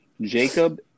Jacob